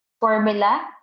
formula